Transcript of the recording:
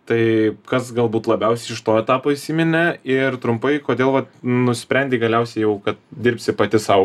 tai kas galbūt labiausiai iš to etapo įsiminė ir trumpai kodėl vat nusprendei galiausiai jau kad dirbsi pati sau